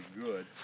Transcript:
good